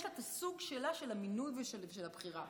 יש לה את הסוג שלה של המינוי ושל הבחירה.